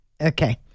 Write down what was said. Okay